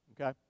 Okay